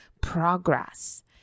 progress